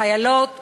חיילות וחיילים,